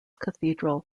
cathedral